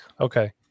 Okay